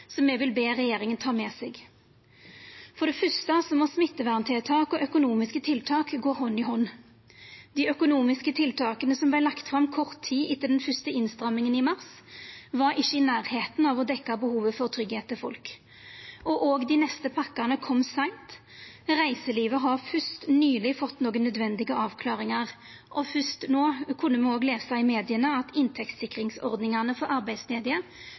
som me vil be regjeringa ta med seg: For det fyrste må smitteverntiltak og økonomiske tiltak gå hand i hand. Dei økonomiske tiltaka som vart lagde fram kort tid etter den fyrste innstramminga i mars, var ikkje i nærleiken av å dekkja behova for tryggleik til folk. Òg dei neste pakkane kom seint. Reiselivet har fyrst nyleg fått nokre nødvendige avklaringar, og fyrst no kunne me lesa i media at inntektssikringsordningane for arbeidsledige